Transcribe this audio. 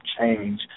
change